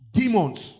demons